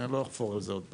לא אחפור על זה עוד פעם.